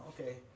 okay